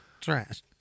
trash